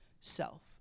self